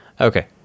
Okay